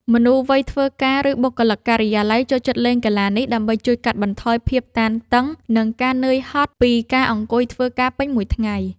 មនុស្សវ័យធ្វើការ ឬបុគ្គលិកការិយាល័យ ចូលចិត្តលេងកីឡានេះដើម្បីជួយកាត់បន្ថយភាពតានតឹង និងការនឿយហត់ពីការអង្គុយធ្វើការពេញមួយថ្ងៃ។